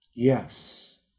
Yes